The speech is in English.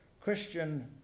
Christian